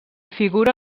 figura